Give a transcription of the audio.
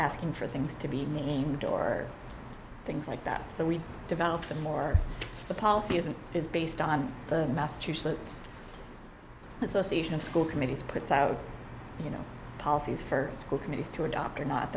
asking for things to be named or things like that so we've developed a more the policy isn't is based on the massachusetts association of school committees puts out you know policies for school committees to adopt or not